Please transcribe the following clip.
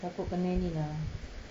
takut kena ini lah